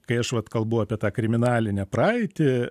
kai aš vat kalbu apie tą kriminalinę praeitį